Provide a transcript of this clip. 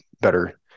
better